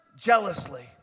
jealously